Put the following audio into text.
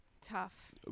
Tough